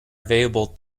available